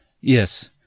yes